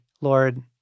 Lord